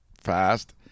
fast